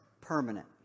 permanent